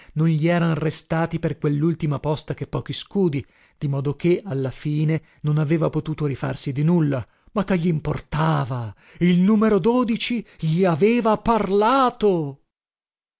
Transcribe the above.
non gli eran restati per quellultima posta che pochi scudi dimodoché alla fine non aveva potuto rifarsi di nulla ma che glimportava il numero gli aveva parlato